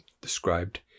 described